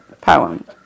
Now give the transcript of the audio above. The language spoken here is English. poem